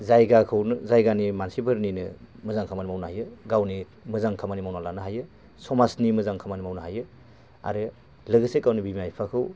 जायगाखौनो जायगानि मानसिफोरनिनो मोजां खामानि मावनो हायो गावनि मोजां खामानि मावनानै लानो हायो समाजनि मोजां खामानि मावनो हायो आरो लोगोसे गावनि बिमा बिफाखौ